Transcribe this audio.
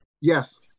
yes